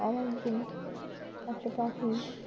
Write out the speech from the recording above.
আরেকদিন একটা পাখি